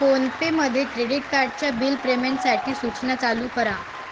फोनपेमध्ये credit कार्डच्या bill प्रेमेंटसाठी सूचना चालू करा